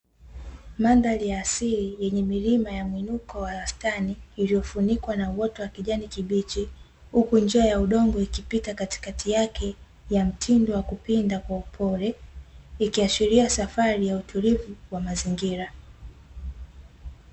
Mandhari ya asili yenye milima ya muinuko wa wastani iliyofunikwa na uoto wa kijani kibichi, huku njia ya udongo ikipita katikati yake ya mtindo wa kupinda kwa upole, ikiashiria safari ya utulivu wa mazingira.